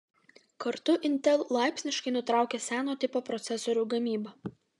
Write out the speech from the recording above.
kartu intel laipsniškai nutraukia seno tipo procesorių gamybą